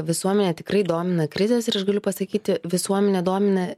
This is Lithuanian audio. visuomenę tikrai domina krizės ir aš galiu pasakyti visuomenę domina